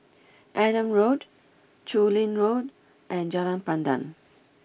Adam Road Chu Lin Road and Jalan Pandan